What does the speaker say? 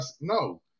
No